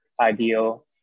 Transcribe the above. ideal